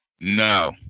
No